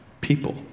people